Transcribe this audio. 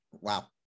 wow